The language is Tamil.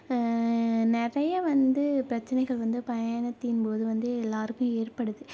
நிறையா வந்து பிரச்சனைகள் வந்து பயணத்தின் போது வந்து எல்லாருக்கும் ஏற்படுது